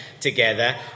together